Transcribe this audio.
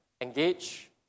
Engage